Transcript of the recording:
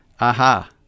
aha